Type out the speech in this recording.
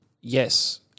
yes